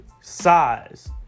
size